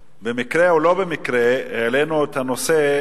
במקרה או לא במקרה, העלינו את הנושא.